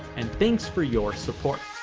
and thanks for your support.